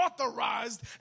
authorized